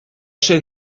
should